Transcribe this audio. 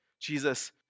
Jesus